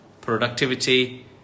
productivity